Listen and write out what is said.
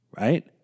Right